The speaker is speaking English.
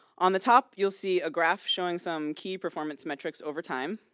on the top you'll see a graph showing some key performance metrics over time.